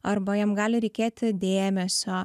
arba jam gali reikėti dėmesio